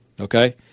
okay